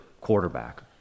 quarterback